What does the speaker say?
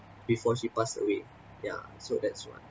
before she passed away yeah so that's one